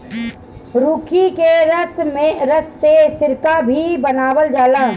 ऊखी के रस से सिरका भी बनावल जाला